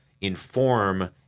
inform